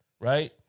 right